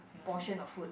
portion of food